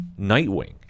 Nightwing